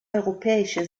europäische